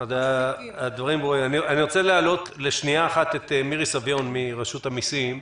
אני רוצה להעלות את מירי סביון מרשות המסים.